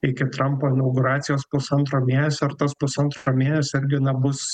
iki trampo inauguracijos pusantro mėnesio ir tas pusantro mėnesio irgi na bus